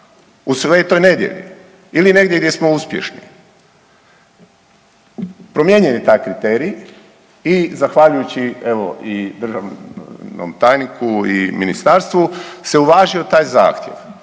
u Sv. Nedelji ili negdje gdje smo uspješni. Promijenjen je taj kriterij i zahvaljujući evo i državnom tajniku i ministarstvu se uvažio taj zahtjev,